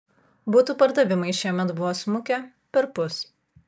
butų pardavimai šiemet buvo smukę perpus